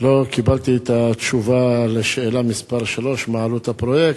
לא קיבלתי תשובה על שאלה 3, מה עלות הפרויקט.